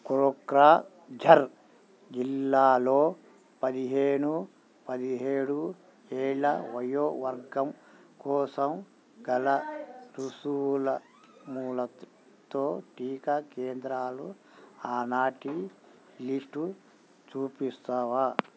కొక్రాఝర్ జిల్లాలో పదిహేను పదిహేడు ఏళ్ళ వయోవర్గం కోసం గల రుసుముల ములతో టీకా కేంద్రాలు ఆనాటి లిస్టు చూపిస్తావా